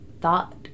thought